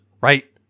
Right